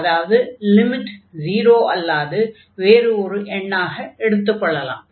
அதாவது லிமிட் 0 அல்லாது வேறு ஒரு எண்ணாக எடுத்துக் கொள்ளலாம்